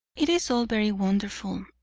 it is all very wonderful,